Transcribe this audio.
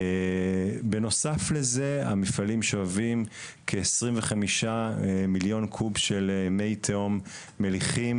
בנוסף לזה המפעלים שואבים כ- 25 מיליון קוב של מי תהום מליחים,